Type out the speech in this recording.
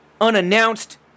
unannounced